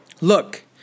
Look